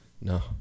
No